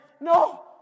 No